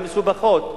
המסובכות,